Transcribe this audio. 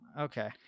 Okay